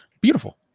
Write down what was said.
Beautiful